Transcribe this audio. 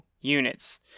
units